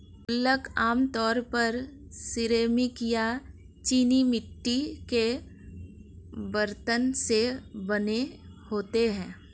गुल्लक आमतौर पर सिरेमिक या चीनी मिट्टी के बरतन से बने होते हैं